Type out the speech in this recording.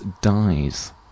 dies